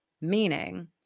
Meaning